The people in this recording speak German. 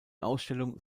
ausstellung